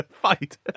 fight